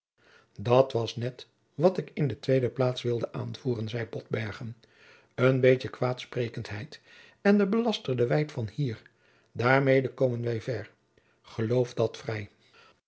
dat was net wat ik in de tweede plaats wilde aanvoeren zeide botbergen een beetje kwaadsprekenheid en de belasterde wijd van hier daarmede komen wij ver geloof dat vrij